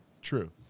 True